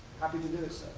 happy to do it,